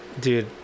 Dude